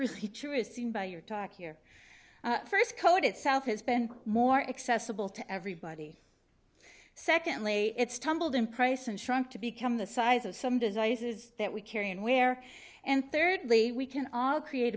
really true is seen by your talk here first code itself has been more accessible to everybody secondly it's tumbled in price and shrunk to become the size of some diseases that we carry and wear and thirdly we can all create